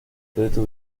proyecto